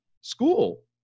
school